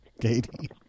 Katie